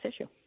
issue